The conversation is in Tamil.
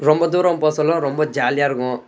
ரொம்ப தூரம் போக சொல்ல ரொம்ப ஜாலியாக இருக்கும்